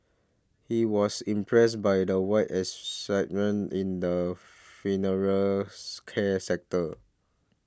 he was impressed by the wide excitement in the funeral care sector